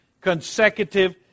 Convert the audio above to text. consecutive